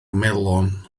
melon